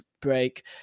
break